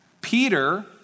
Peter